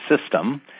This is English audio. system